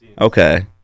Okay